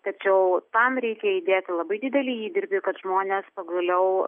tačiau tam reikia įdėti labai didelį įdirbį kad žmonės pagaliau